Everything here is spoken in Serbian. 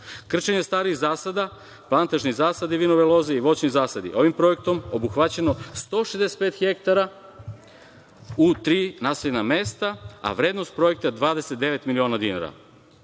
Krčenje starih zasada, kvantažni zasadi vinove loze i voćni zasadi. Ovim projektom obuhvaćeno je 165 hektara u tri naseljena mesta, a vrednost projekta je 29 miliona dinara.